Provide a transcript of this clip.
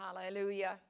hallelujah